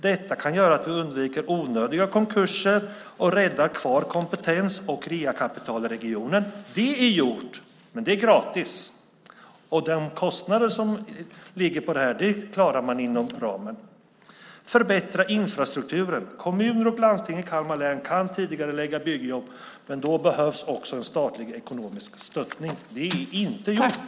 Detta kan göra att vi undviker onödiga konkurser och räddar kvar kompetens och realkapital i regionen. Det är gjort, men det är gratis. Kostnaden för detta klarar man inom ramen. Förbättra infrastrukturen. Kommuner och landsting i Kalmar län kan tidigarelägga byggjobb, men då behövs också en statlig ekonomisk stöttning. Det är inte gjort.